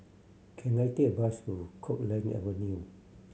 can I take a bus to Copeland Avenue